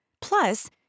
Plus